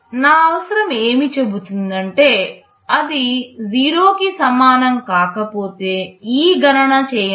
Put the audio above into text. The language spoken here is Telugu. నా అవసరం ఏమి చెబుతుందంటే అది 0 కి సమానం కాకపోతే ఈ గణన చేయమని